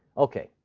ok.